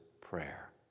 prayer